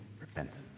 repentance